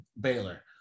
Baylor